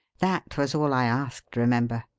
that was all i asked, remember.